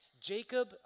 Jacob